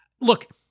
Look